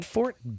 Fort